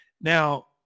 Now